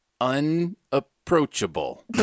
unapproachable